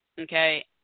okay